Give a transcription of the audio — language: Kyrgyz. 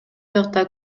жакта